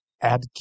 Add